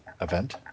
event